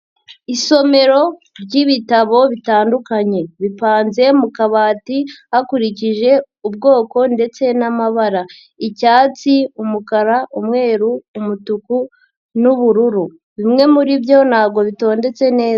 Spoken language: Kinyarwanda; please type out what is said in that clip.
Isomero ry'ibitabo bitandukanye, bipanze mu kabati hakurikije ubwoko ndetse n'amabara, icyatsi, umukara, umweru, umutuku n'ubururu, bimwe muri byo ntabwo bitondetse neza.